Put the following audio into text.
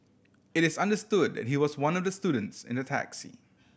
it is understood that he was one of the students in the taxi